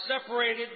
separated